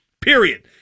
Period